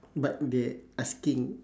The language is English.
but they asking